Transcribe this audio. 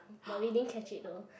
but we didn't catch it though